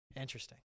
Interesting